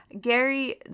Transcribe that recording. Gary